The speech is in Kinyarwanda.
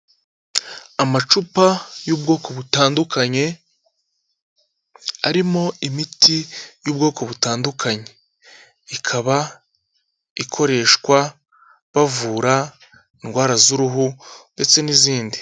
Amacupa y'ubwoko butandukanye arimo imiti y'ubwoko butandukanye, ikaba ikoreshwa bavura indwara z'uruhu ndetse n'izindi.